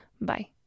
Bye